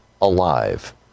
alive